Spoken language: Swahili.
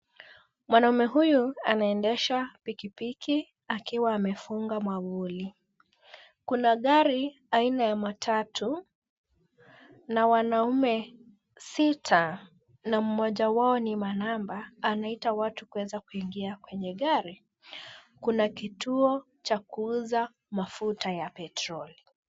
Mwanaume huyu anaendesha pikipiki akiwa amefunga mwavuli. Kuna gari aina ya matatu na wanaume sita na mmoja wao ni manamba anaita watu kuweza kuingia kwenye gari. Kuna kituo cha kuuza mafuta ya petroli.